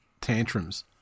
tantrums